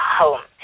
home